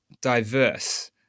diverse